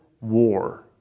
War